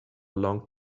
long